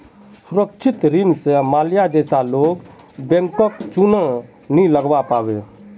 सुरक्षित ऋण स माल्या जैसा लोग बैंकक चुना नी लगव्वा पाबे